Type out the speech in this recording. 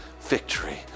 victory